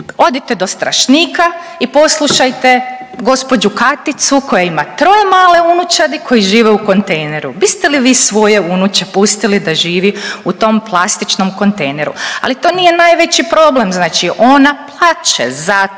odite do Strašnika i poslušajte gđu. Katicu koja ima troje male unučadi koji žive u kontejneru, biste li vi svoje unuče pustili da živi u tom plastičnom kontejneru? Ali to nije najveći problem, znači ona plače zato